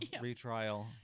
retrial